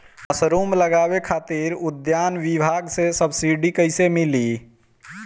Mushroom लगावे खातिर उद्यान विभाग से सब्सिडी कैसे मिली?